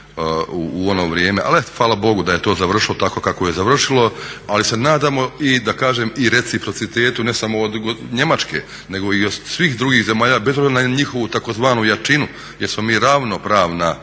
u ono vrijeme. Ali eto hvala Bogu da je to završilo tako kako je završilo. Ali se nadamo i da kažem reciprocitetu ne samo od Njemačke nego i od svih drugih zemalja bez obzira na njihovu tzv. jačinu jer smo mi ravnopravna,